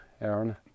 Aaron